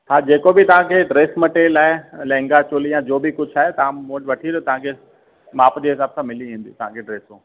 हा जेको बि तव्हांखे ड्रेस मटेरियल आहे लंहंगा चोली या जो बि कुझु आहे तव्हां मूं वटि वठी अचो तव्हांखे माप जे हिसाब सां मिली वेंदियूं तव्हांखे ड्रेसूं